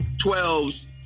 twelves